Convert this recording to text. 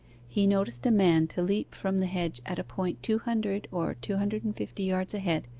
he noticed a man to leap from the hedge at a point two hundred, or two hundred and fifty yards ahead,